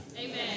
Amen